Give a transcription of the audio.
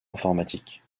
informatique